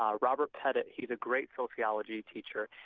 um robert pettit, he's a great sociology teacher,